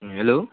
hello